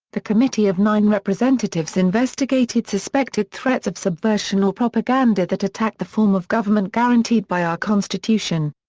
the committee of nine representatives investigated suspected threats of subversion or propaganda that attacked the form of government guaranteed by our constitution.